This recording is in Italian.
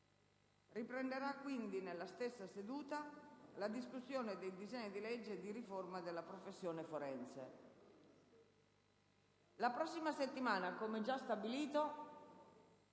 Riprenderà quindi, nella stessa seduta, la discussione dei disegni di legge di riforma della professione forense.